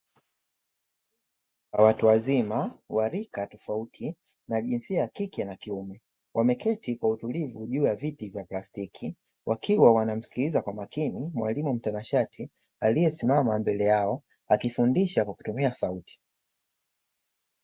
Kwa watu wazima wa rika tofauti na jinsia ya kike na kiume. wameketi kwa utulivu juu ya viti vya plastiki, wakiwa wanamsikiliza kwa makini mwalimu mtanashati aliyesimama mbele yao akifundisha kwa kutumia sauti.